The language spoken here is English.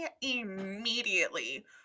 immediately